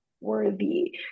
worthy